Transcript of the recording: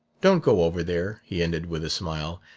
don't go over there he ended with a smile,